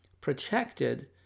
protected